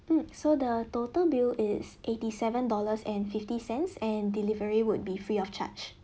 mm so the total bill is eighty seven dollars and fifty cents and delivery would be free of charge